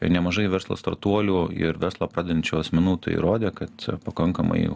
ir nemažai verslo startuolių ir verslą pradedančių asmenų tai įrodė kad pakankamai jau